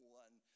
one